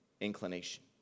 inclination